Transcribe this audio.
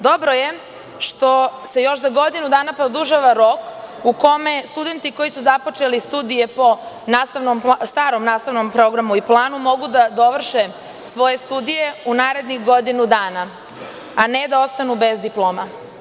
Dobro je što se još za godinu dana produžava rok u kome studenti koji su započeli studije po starom nastavnom programu i planu mogu da dovrše svoje studije u narednih godinu dana, a ne da ostanu bez diploma.